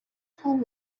town